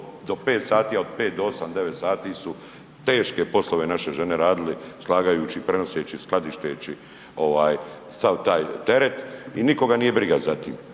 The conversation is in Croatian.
5 sati, a od 5 do 8, 9 sati su teške poslove naše žene radile, slagajući, prenoseći, skladišteći ovaj sva taj teret i nikoga nije briga za tim.